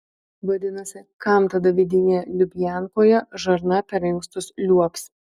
vadinasi kam tada vidinėje lubiankoje žarna per inkstus liuobs